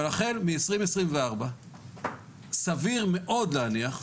אבל החל מ-2024 סביר מאוד להניח,